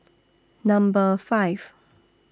Number five